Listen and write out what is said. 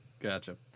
gotcha